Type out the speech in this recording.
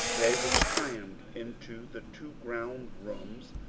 they were crammed into the two ground rooms,